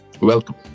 welcome